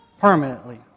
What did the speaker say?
permanently